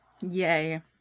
Yay